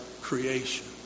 creation